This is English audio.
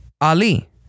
Ali